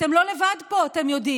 אתם לא לבד פה, אתם יודעים.